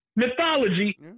Mythology